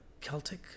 Celtic